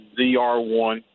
ZR1